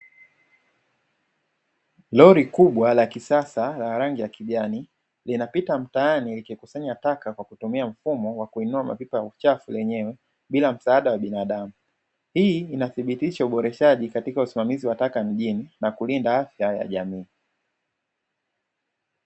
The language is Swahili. Lori kubwa la kisasa la rangi ya kijani inapita mtaani kuchukua taka, kwa kutumia mfumo wa kuinua mapipa ya uchafu yenyewe bila msaada wa binadamu hii inathibitisha uboreshaji katika usimamizi wa taka mjini na kulinda afya ya jamii.